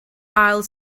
aisle